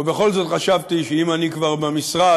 ובכל זאת, חשבתי שאם אני כבר במשרד,